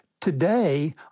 today